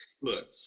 Look